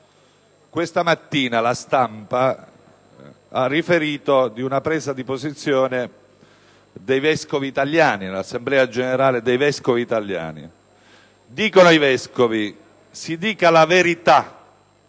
questa mattina la stampa ha riferito di una presa di posizione dell'Assemblea generale dei vescovi italiani. I vescovi chiedono che si dica la verità,